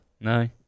No